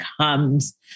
comes